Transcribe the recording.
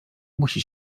musi